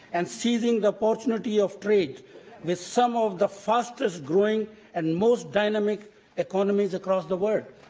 and seizing the opportunity of trade with some of the fastest growing and most dynamic economies across the world.